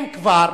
אם כבר,